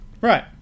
Right